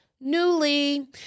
Newly